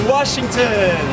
Washington